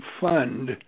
fund